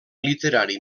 literari